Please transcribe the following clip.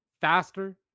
faster